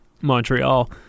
Montreal